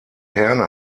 herne